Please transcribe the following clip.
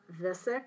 Visick